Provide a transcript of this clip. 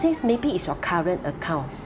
since maybe is your current account